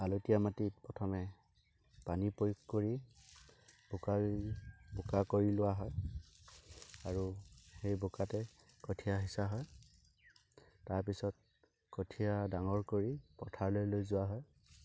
আলতীয়া মাটিত প্ৰথমে পানী প্ৰয়োগ কৰি বোকা বোকা কৰি লোৱা হয় আৰু সেই বোকাতে কঠীয়া সিঁচা হয় তাৰ পিছত কঠীয়া ডাঙৰ কৰি পথাৰলৈ লৈ যোৱা হয়